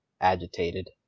agitated